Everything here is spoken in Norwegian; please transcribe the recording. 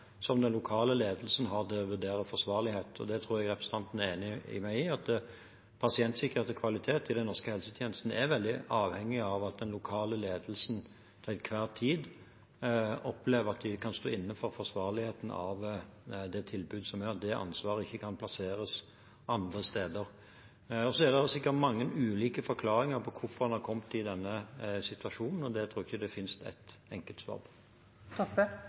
som den lokale ledelsen har til å vurdere forsvarlighet. Jeg tror representanten er enig med meg i at pasientsikkerhet og kvalitet i den norske helsetjenesten er veldig avhengig av at den lokale ledelsen til enhver tid opplever at de kan stå inne for forsvarligheten av det tilbudet som er, og at det ansvaret ikke kan plasseres andre steder. Så er det sikkert mange ulike forklaringer på hvorfor en har kommet i denne situasjonen. Det tror jeg ikke det finnes ett enkelt